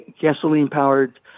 gasoline-powered